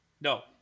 no